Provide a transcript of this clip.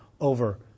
over